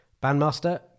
Bandmaster